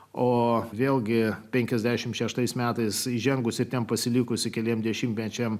o vėlgi penkiasdešimt šeštais metais įžengusi ten pasilikusi keliems dešimtmečiams